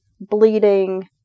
bleeding